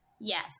yes